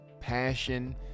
passion